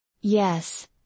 Yes